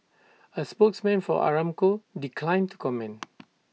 A spokesman for Aramco declined to comment